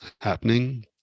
happening